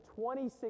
26